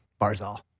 Barzal